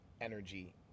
energy